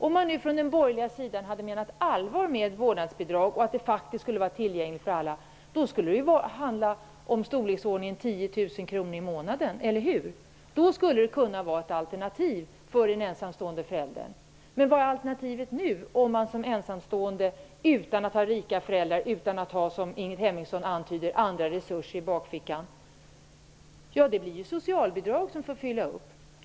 Om ni från den borgerliga sidan hade menat allvar med att vårdnadsbidraget faktiskt skulle vara tillgängligt för alla, då skulle bidraget vara i storleksordningen 10 000 kr i månaden, eller hur? Då skulle det kunna vara ett alternativ för en ensamstående förälder. Men vad är alternativet nu för en ensamstående utan rika föräldrar och utan -- som Ingrid Hemmingsson antyder -- andra resurser i bakfickan? Ja, det blir i så fall socialbidrag som får fylla ut.